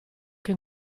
che